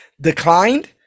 declined